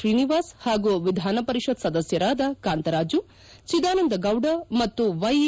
ತ್ರೀನಿವಾಸ್ ಹಾಗೂ ವಿಧಾನಪರಿಷತ್ ಸದಸ್ಯರಾದ ಕಾಂತರಾಜು ಚೆದಾನಂದ ಗೌಡ ಮತ್ತು ವೈಎ